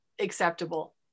acceptable